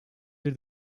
bir